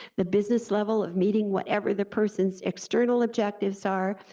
the business level of meeting whatever the person's external objectives are,